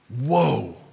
whoa